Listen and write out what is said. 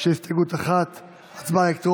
ומבקשים שמית